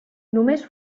només